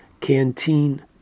canteen